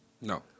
No